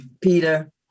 Peter